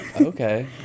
Okay